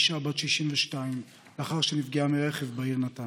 אישה בת 62, לאחר שנפגעה מרכב בעיר נתניה.